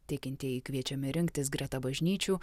tikintieji kviečiami rinktis greta bažnyčių